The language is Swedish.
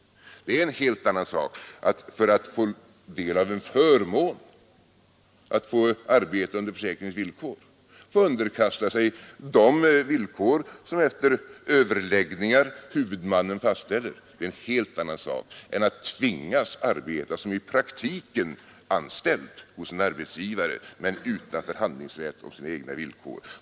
Att för att få del av en förmån, för att få arbete under försäkringens villkor, underkasta sig de regler som efter överläggningar fastställs av huvudmannen är en helt annan sak än att tvingas arbeta som i praktiken anställd hos en arbetsgivare men utan förhandlingsrätt i fråga om sina egna villkor.